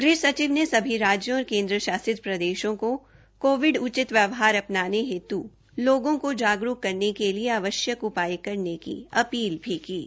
गृह सचिव ने सभी राज्यों और केन्द्र शासित प्रदेषों को कोविड उचित व्यवहार अपनाने हेतु लोगों को जागरूक करने के लिए आवष्यक उपाय करने की अपील की है